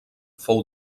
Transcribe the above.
fou